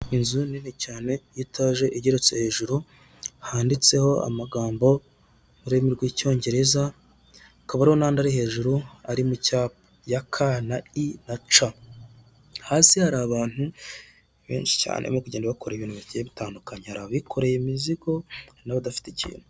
Inzu nini cyane y'itaje igereretse hejuru, handitseho amagambo mu ururimi rw'icyongereza, hakaba hari n'andi ari hejuru ari mu cyapa ya ka na i na ca. Hasi hari abantu benshi cyane batagenda bakora ibintu bigiye bitandukanye hari abikoreye imizigo, hari n'abadafite ikintu.